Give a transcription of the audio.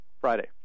Friday